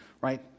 right